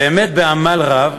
באמת בעמל רב,